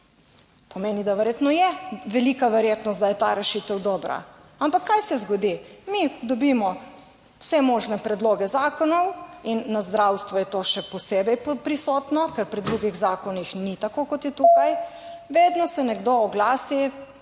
verjetno je velika verjetnost, da je ta rešitev dobra, ampak kaj se zgodi? Mi dobimo vse možne predloge zakonov in na zdravstvu je to še posebej prisotno, ker pri drugih zakonih ni tako, kot je tukaj. / znak za